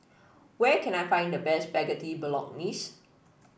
where can I find the best Spaghetti Bolognese